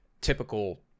typical